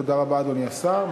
תודה רבה, אדוני השר.